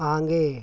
आगे